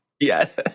Yes